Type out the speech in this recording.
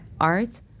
art